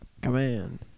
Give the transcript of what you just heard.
Command